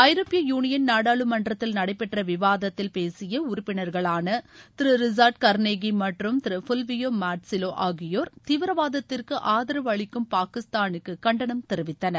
ஐரோப்பிய யூனியன் நாடாளுமன்றத்தில் நடைபெற்ற விவாதத்தில் பேசிய உறுப்பினர்களான திரு ரிசாடு கர்ணேகி மற்றும் திரு ஃபுல்வியோ மார்டுசில்லோ ஆகியோர் தீவிரவாதத்திற்கு ஆதரவு அளிக்கும் பாகிஸ்தானுக்கு கண்டனம் தெரிவித்தனர்